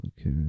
Okay